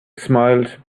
smiled